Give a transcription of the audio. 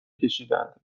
کشیدند